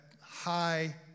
high